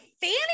fanny